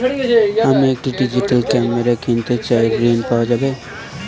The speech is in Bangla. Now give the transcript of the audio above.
আমি একটি ডিজিটাল ক্যামেরা কিনতে চাই ঝণ পাওয়া যাবে?